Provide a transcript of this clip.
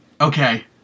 Okay